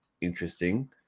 interesting